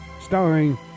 starring